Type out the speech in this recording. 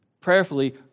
prayerfully